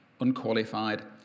unqualified